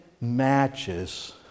matches